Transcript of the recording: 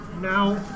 Now